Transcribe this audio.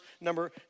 number